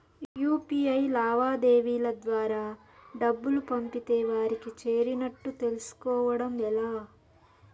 UPI లావాదేవీల ద్వారా డబ్బులు పంపితే వారికి చేరినట్టు తెలుస్కోవడం ఎలా?